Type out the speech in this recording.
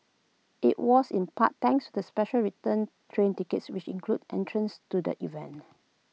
IT was in part thanks to the special return train tickets which included entrance to the event